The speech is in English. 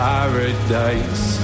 Paradise